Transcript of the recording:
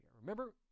Remember